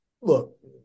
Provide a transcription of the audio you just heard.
look